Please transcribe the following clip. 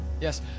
Yes